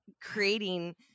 creating